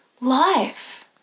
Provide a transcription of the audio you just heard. life